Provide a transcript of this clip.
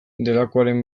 delakoaren